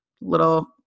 Little